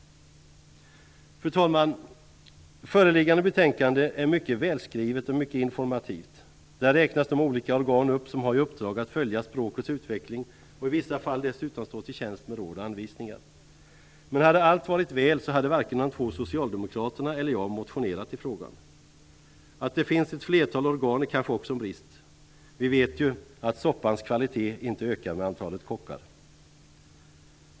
Fru talman! Föreliggande betänkande är mycket välskrivet och mycket informativt. Där räknas de olika organ upp som har i uppdrag att följa språkets utveckling och i vissa fall dessutom stå till tjänst med råd och anvisningar. Men hade allt varit väl, hade varken de två socialdemokraterna eller jag motionerat i frågan. Att det finns ett flertal organ är kanske också en brist. Vi vet ju att soppans kvalitet inte ökar med antalet kockar.